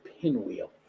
pinwheel